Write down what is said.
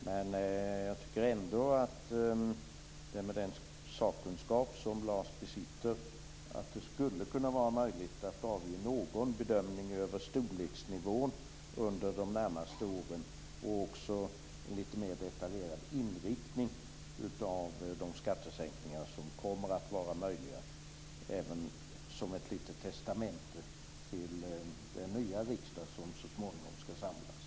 Men jag tycker ändå att det, med den sakkunskap som Lars besitter, borde vara möjligt att avge någon bedömning av storleksnivån och en litet mer detaljerad inriktning på de skattesänkningar som kommer att vara möjliga under de närmaste åren - detta som ett litet testamente till den nya riksdag som så småningom skall samlas.